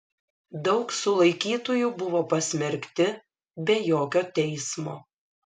daug sulaikytųjų buvo pasmerkti be jokio teismo